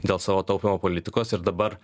dėl savo taupymo politikos ir dabar